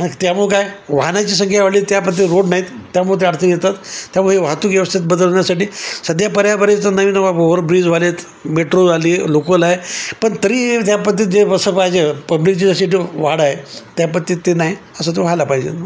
आणि त्यामुळं काय वाहनाची संख्या वाढली त्या पद्धती रोड नाहीत त्यामुळे ते अडचण येतात त्यामुळे हे वाहतूक व्यवस्थित बदलण्यासाठी सध्या पर्यावरणाचं नवीन न ओव्हरब्रिज झाले आहेत मेट्रो आली लोकल आहे पण तरी त्या पद्धतीत जे बसं पाहिजे पब्लिकची जशी वाढ आहे त्या पद्धतीत ते नाही असं तो व्हायला पाहिजे